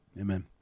Amen